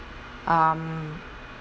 um